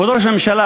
כבוד ראש הממשלה,